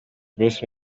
bruce